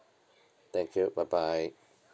thank you bye bye